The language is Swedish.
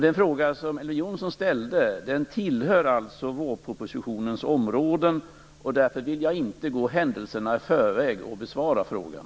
Den fråga som Elver Jonsson ställde tillhör alltså vårpropositionens områden. Jag vill inte gå händelserna i förväg och besvara frågan.